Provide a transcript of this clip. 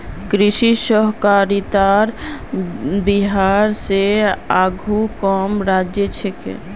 कृषि सहकारितात बिहार स आघु कम राज्य छेक